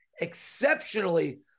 exceptionally